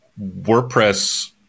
WordPress